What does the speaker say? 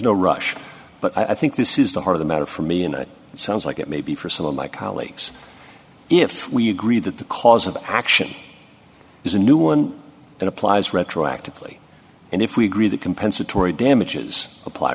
no rush but i think this is the heart of the matter for me and it sounds like it may be for some of my colleagues if we agree that the cause of action is a new one and applies retroactively and if we agree that compensatory damages apply